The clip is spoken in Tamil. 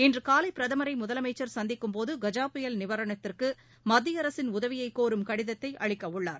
இன்று காலை பிரதமரை முதலமைச்சர் சந்திக்கும் போது கஜா புயல் நிவாரணத்திற்கு மத்திய அரசின் உதவியை கோரும் கடிதத்தை அளிக்க உள்ளார்